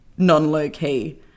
non-low-key